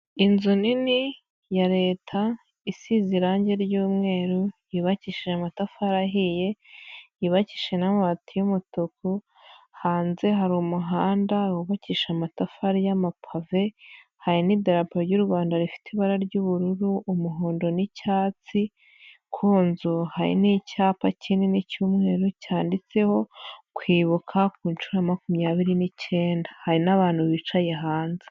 lnzu nini ya leta ,isize irangi ry'umweru, yubakishije amatafari ahiye, yubakijwe n'amabati y'umutuku, hanze hari umuhanda wubakisha amatafari y'amapave, hari n'idarapo ry'u Rwanda rifite ibara ry'ubururu, umuhondo n'icyatsi ,ku nzu hari n'icyapa kinini cy'umweru, cyanditseho kwibuka ku nshuro ya makumyabiri n'icyenda ,hari n'abantu bicaye hanze.